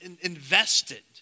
invested